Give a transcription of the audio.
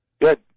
Good